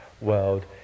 world